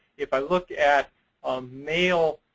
if i look at male